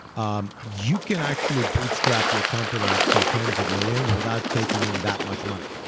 um you can actually bootstrap your company to tens of millions without taking in that much money.